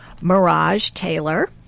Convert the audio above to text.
Mirage-Taylor